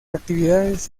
actividades